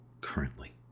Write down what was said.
currently